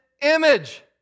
image